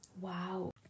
Wow